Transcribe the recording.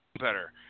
better